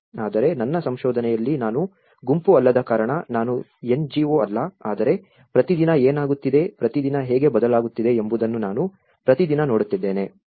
ಆದರೆ ನನ್ನ ಸಂಶೋಧನೆಯಲ್ಲಿ ನಾನು ಗುಂಪು ಅಲ್ಲದ ಕಾರಣ ನಾನು ಎನ್ಜಿಒ ಅಲ್ಲ ಆದರೆ ಪ್ರತಿದಿನ ಏನಾಗುತ್ತಿದೆ ಪ್ರತಿದಿನ ಹೇಗೆ ಬದಲಾಗುತ್ತಿದೆ ಎಂಬುದನ್ನು ನಾನು ಪ್ರತಿದಿನ ನೋಡುತ್ತಿದ್ದೇನೆ